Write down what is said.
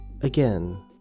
Again